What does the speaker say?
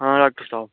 हाँ डाक्टर साहब